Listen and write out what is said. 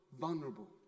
vulnerable